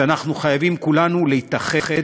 שאנחנו חייבים כולנו להתאחד,